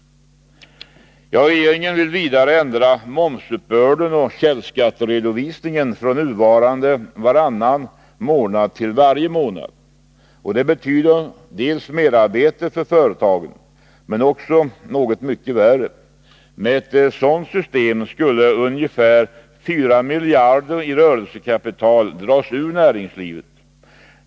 Regeringen vill vidare ändra momsuppbörden och källskatteredovisningen från nuvarande varannan månad till varje månad. Det betyder merarbete för företagen men också något mycket värre. Med ett sådant system skulle ungefär 4 miljarder i rörelsekapital dras ur näringslivet.